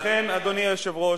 לכן, אדוני היושב-ראש,